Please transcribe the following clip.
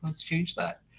let's change that.